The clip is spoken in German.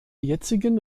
jetzigen